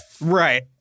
Right